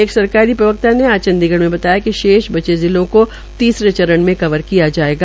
एक सरकारी प्रवक्ता ने आज चंडीगढ़ में बताया कि शेष बचे जिलों को तीसरे चरण में लिया जायेगा